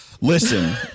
Listen